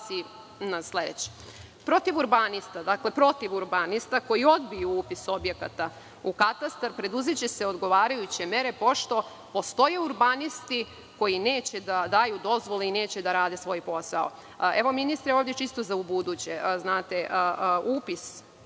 Protiv urbanista koji odbiju upis objekta u katastar, preduzeće se odgovarajuće mere pošto postoje urbanisti koji neće da daju dozvolu i neće da rade svoj posao. Ministre, čisto za ubuduće, upis objekata